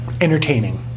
Entertaining